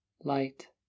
Light